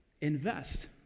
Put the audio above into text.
invest